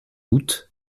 août